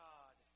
God